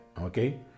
okay